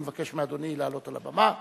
אני מבקש מאדוני לעלות על הבמה